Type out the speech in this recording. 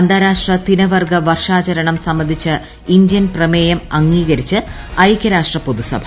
അന്താരാഷ്ട്ര തിനവർഗ്ഗം ്വർഷാചരണം സംബന്ധിച്ച ന് ഇന്ത്യൻ പ്രമേയം അംഗ്ലീക്രിച്ച് ഐകൃരാഷ്ട്ര പൊതുസഭ